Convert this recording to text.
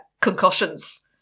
concussions